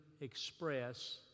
express